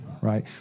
right